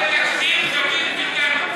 זה תקדים דוד ביטן.